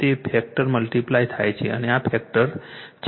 એક factor multiply થાય છે અને આ ફેક્ટર છે